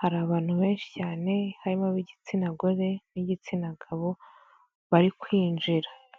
hari abantu benshi cyane harimo ab'igitsina gore n'igitsina gabo bari kwinjira.